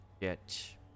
get